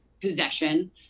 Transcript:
possession